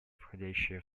входящие